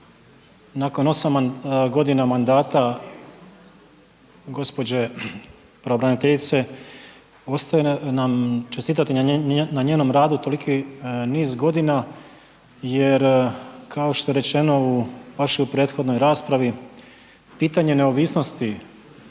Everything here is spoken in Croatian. nakon 8 g. mandata gđe. pravobraniteljice, ostaje nam čestitati na njenom radu toliki niz godina jer kao što je rečeno u vašoj prethodnoj raspravi, pitanje neovisnosti